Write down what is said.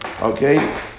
okay